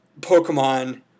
Pokemon